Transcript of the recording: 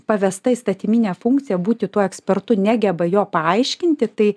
pavesta įstatyminė funkcija būti tuo ekspertu negeba jo paaiškinti tai